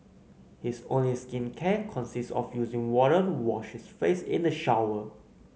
his only skincare consist of using water to wash his face in the shower